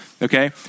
Okay